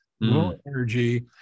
low-energy